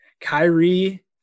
Kyrie